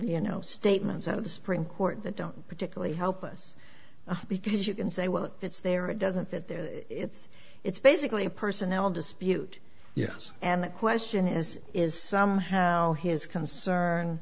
you know statements out of the supreme court that don't particularly help us because you can say well it's there it doesn't fit there it's it's basically a personnel dispute yes and the question is is somehow his concern